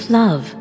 love